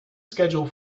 schedule